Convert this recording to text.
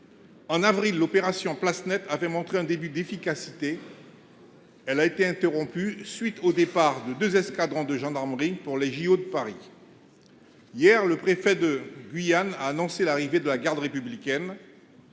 En avril dernier, l’opération « place nette » avait montré un début d’efficacité ; elle a été interrompue à la suite du départ de deux escadrons de gendarmerie pour les jeux Olympiques de Paris. Hier, le préfet de la Guyane a annoncé l’arrivée de la garde républicaine.